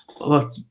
look